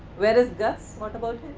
whereas, gus, what about